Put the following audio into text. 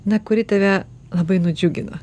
na kuri tave labai nudžiugino